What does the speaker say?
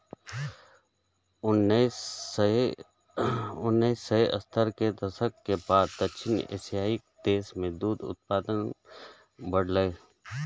उन्नैस सय सत्तर के दशक के बाद दक्षिण एशियाइ देश मे दुग्ध उत्पादन बढ़लैए